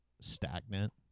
stagnant